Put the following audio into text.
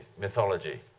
mythology